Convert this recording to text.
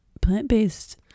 plant-based